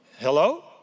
Hello